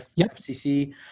fcc